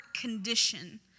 condition